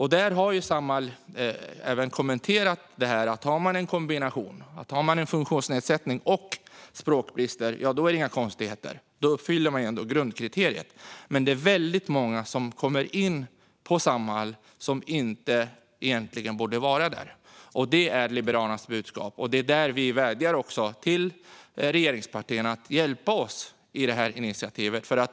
Samhall har kommenterat att om en person har en kombination av funktionsnedsättning och språkbrister är det inga konstigheter. Då uppfyller personen grundkriteriet. Men det är många som kommer in på Samhall som egentligen inte borde vara där. Det är Liberalernas budskap. Vi vädjar till regeringspartierna att hjälpa oss med initiativet.